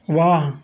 ਵਾਹ